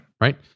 Right